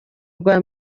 rwa